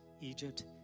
Egypt